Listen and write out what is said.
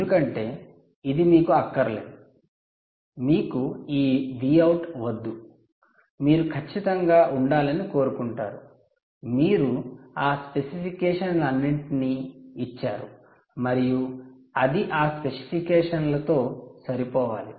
ఎందుకంటే ఇది మీకు అక్కరలేదు మీకు ఈ Vout వద్దు మీరు ఖచ్చితంగా ఉండాలని కోరుకుంటారు మీరు ఆ స్పెసిఫికేషన్లన్నింటినీ ఇచ్చారు మరియు అది ఆ స్పెసిఫికేషన్లతో సరిపోవాలి